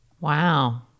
wow